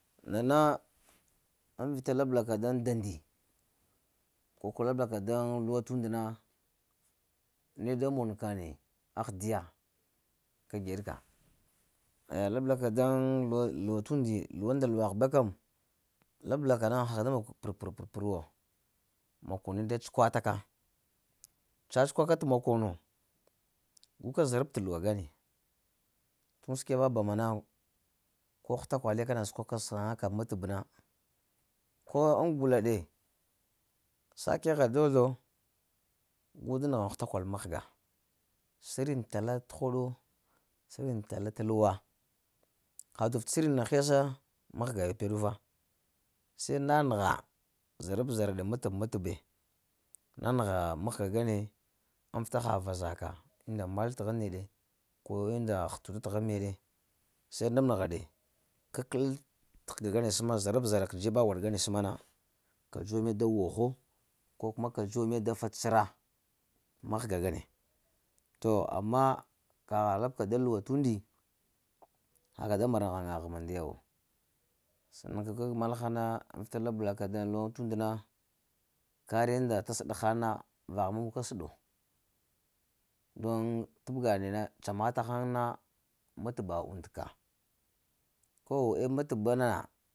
Nana ŋ vita labla ka daŋ daŋdi, kokuwa labla ka daŋ luwa t'und na, ne da mon ka ne, ahdiya ka geɗ ka, aya labla ka daŋ luwa t'und luwunda luwagh bew kam, labla ka na, ha ka da mog per-pər-pər wo makone da cukwa ta ka, tsacuka ka t’ makono gu ka zərab t’ luwa ŋgane tuŋ səkəba bama na ko hətakwale kana səkwaka ko hətakwale kana səkwaka saŋka k'matəb na, ko ŋ gula ɗe sa kəghəɗ dozlo, gu da nəghən həta kwal mahga, səriŋ tala t’ hoɗo, səreŋ tala t'elwa, ha dof t’ sərin ya hesa mahga ya peɗi fa, se na nəgha, zarab-zaraɗe matəb-matəbe, nanəgha mahga ŋgane ŋ vita haha vaza ka unda mal tahaŋ neɗe, ko unda ghutu ta taghŋ meɗe, se nabnəgha ɗe, kakəl t'həga ŋgane səma zarab zara ke dzeba gwaɗ ŋgane səma na, ka dzu wa meɗ da woho, kokuwa kuma kadzuwa meɗ da fa t’ səra, mahga ŋgane. To amma kagha labka daŋ luwa t’ undi, ha ka da maraŋ ghaŋagh mandewo, senənka kag malha na,? N vita labla ka t’ luwa t’ und na, kari yunda t'səɗ ghan na vagha ma guka səɗo. Doŋ tabga neɗ na tsama ta ghaŋ na, matba und ka, kow eh matba na